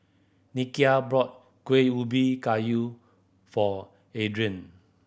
Nikia brought Kueh Ubi Kayu for Adrian